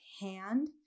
hand